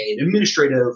administrative